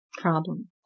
problem